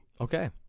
Okay